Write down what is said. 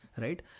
Right